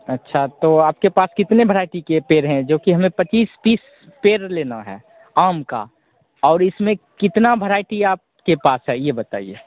अच्छा तो आपके पास कितने भरायटी के पेड़ है जो कि हमें पच्चीस तीस पेड़ लेना है आम का और इसमें कितनी भराइटी आपके पास है यह बताइए